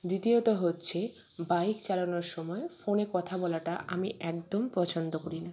দ্বিতীয়ত হচ্ছে বাইক চালানোর সময় ফোনে কথা বলাটা আমি একদম পছন্দ করি না